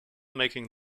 making